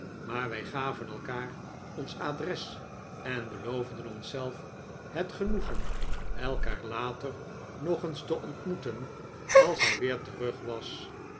maar wij gaven elkaar ons adres en beloofden ons zelf het genoegen elkaar later nog eens te ontmoeten als hij weer terug was